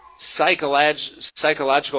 psychological